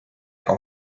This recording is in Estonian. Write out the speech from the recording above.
ega